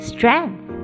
Strength